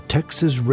Texas